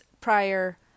prior